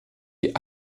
die